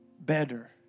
better